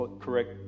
correct